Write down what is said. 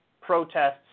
protests